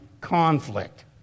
conflict